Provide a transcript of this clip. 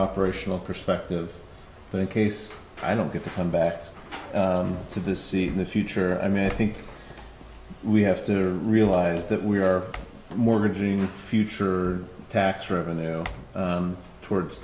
operational perspective but in case i don't get to come back to the see in the future i mean i think we have to realize that we are mortgaging future tax revenue towards